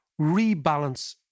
rebalance